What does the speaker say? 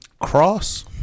Cross